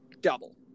double